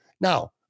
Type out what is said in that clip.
Now